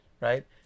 right